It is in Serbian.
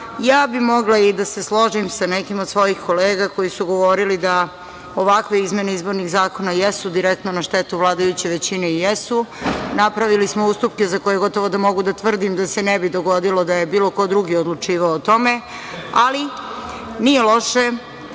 bih i da se složim sa nekima od mojih kolega koji su govorili da ovakve izmene izbornih zakona jesu direktno na štetu vladajuće većine. I jesu. Napravili smo ustupke za koje gotovo mogu da tvrdim da se ne bi dogodilo da je bilo ko drugi odlučivao o tome, ali nije loše